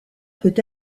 peut